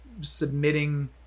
submitting